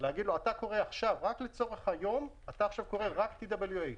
להגיד: אתה עכשיו קורא TWA,